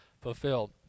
fulfilled